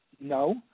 No